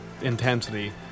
intensity